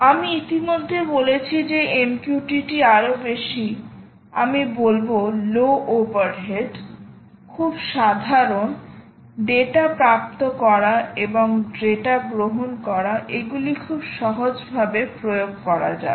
আমি ইতিমধ্যে বলেছি যে MQTT আরও বেশি আমি বলব লো ওভারহেড খুব সাধারণ ডেটা প্রাপ্ত করা এবং ডেটা গ্রহণ করা এগুলি খুব সহজ ভাবে প্রয়োগ করা যাবে